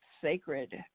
sacred